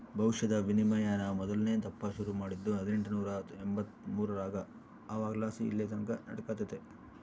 ಭವಿಷ್ಯದ ವಿನಿಮಯಾನ ಮೊದಲ್ನೇ ದಪ್ಪ ಶುರು ಮಾಡಿದ್ದು ಹದಿನೆಂಟುನೂರ ಎಂಬಂತ್ತು ಮೂರರಾಗ ಅವಾಗಲಾಸಿ ಇಲ್ಲೆತಕನ ನಡೆಕತ್ತೆತೆ